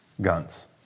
Guns